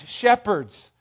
shepherds